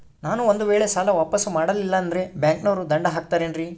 ನಾನು ಒಂದು ವೇಳೆ ಸಾಲ ವಾಪಾಸ್ಸು ಮಾಡಲಿಲ್ಲಂದ್ರೆ ಬ್ಯಾಂಕನೋರು ದಂಡ ಹಾಕತ್ತಾರೇನ್ರಿ?